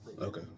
Okay